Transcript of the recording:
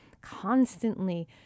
constantly